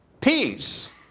peace